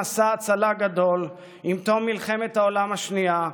במסע הצלה גדול עם תום מלחמת העולם השנייה,